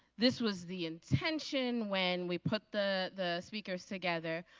this was the intention when we put the the speakers together,